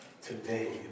today